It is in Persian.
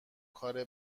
کار